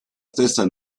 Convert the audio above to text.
stessa